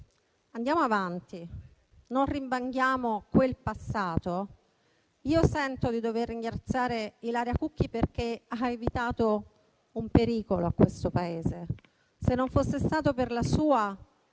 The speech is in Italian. andiamo avanti, non rivanghiamo quel passato. Io sento di dover ringraziare Ilaria Cucchi, perché ha evitato un pericolo a questo Paese. Se non fosse stato per la sua